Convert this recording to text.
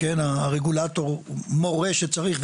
הרגולטור מורה שצריך,